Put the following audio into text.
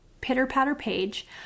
Pitter-Patter-Page